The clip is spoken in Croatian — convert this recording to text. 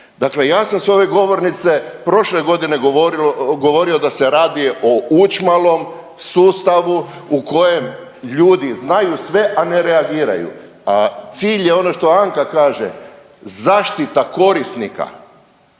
Dakle ja sam s ove govornice prošle godine govorio da se radi o učmalom sustavu u kojem ljudi znaju sve, a ne reagiraju, a cilj je ono što Anka kaže, zaštita korisnika,